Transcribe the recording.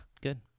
Good